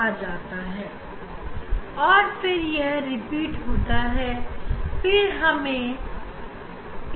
ऐसा करने के बाद आप फिर से बाय तरफ की रीडिंग दोबारा लेंगे